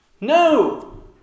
No